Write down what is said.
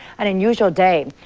an unusual day.